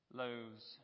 loaves